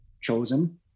chosen